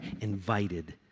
invited